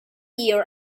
year